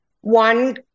one